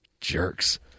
jerks